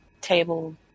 table